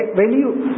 value